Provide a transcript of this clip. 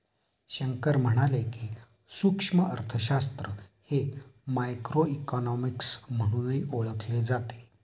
शंकर म्हणाले की, सूक्ष्म अर्थशास्त्र हे मायक्रोइकॉनॉमिक्स म्हणूनही ओळखले जाते